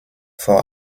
vor